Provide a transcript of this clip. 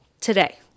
today